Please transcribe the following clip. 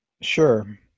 Sure